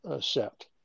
set